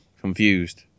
confused